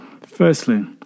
firstly